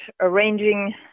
arranging